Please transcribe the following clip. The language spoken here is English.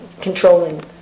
controlling